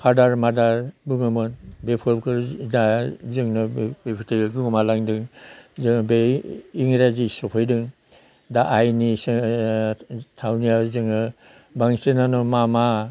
फाडार माडार बुङोमोन बेफोरखौ दा जोंनाव बे बेफोरथो गोमालांदों जोङो बै इंग्राजि सोफैदों दा आइनि थावनियाव जोङो बांसिनानो मामा